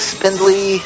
Spindly